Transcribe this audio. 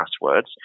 passwords